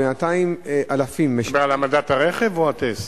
בינתיים אלפים, אתה מדבר על העמדת הרכב או על טסט?